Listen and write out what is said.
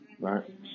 right